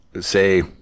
Say